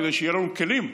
כדי שיהיו לנו כלים.